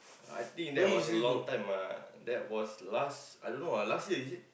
I think that was a long time ah that was last I don't know ah last year is it